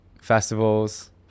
festivals